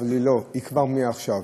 אבל כבר עכשיו,